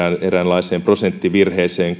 eräänlaiseen prosenttivirheeseen